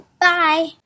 Bye